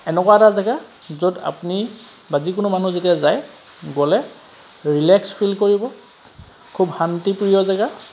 এনেকুৱা এটা জেগা য'ত আপুনি বা যিকোনো মানুহ যেতিয়া যায় গ'লে ৰিলেক্স ফিল কৰিব খুব শান্তি প্ৰিয় জেগা